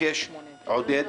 עודד,